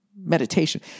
meditation